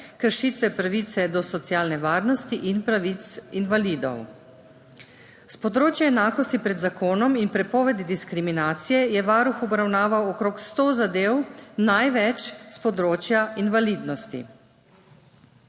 kršitve pravice do socialne varnosti in pravic invalidov. S področja enakosti pred zakonom in prepovedi diskriminacije je Varuh obravnaval okrog 100 zadev, največ s področja invalidnosti.